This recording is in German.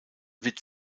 wird